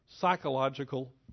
psychological